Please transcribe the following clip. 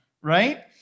Right